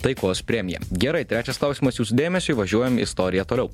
taikos premija gerai trečias klausimas jūsų dėmesiui važiuojam į istoriją toliau